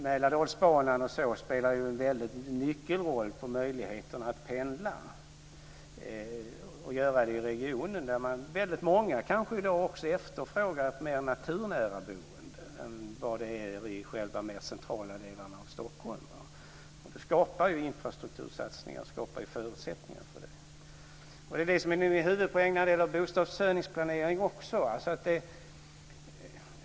Mälardalsbanan spelar ju en nyckelroll när det gäller möjligheten att pendla i regionen. Väldigt många efterfrågar kanske i dag också ett mer naturnära boende än det som finns i de centrala delarna av Stockholm. Infrastruktursatsningar skapar ju förutsättningar för det. Det är detta som är min huvudpoäng också när det gäller bostadsförsörjningsplanering.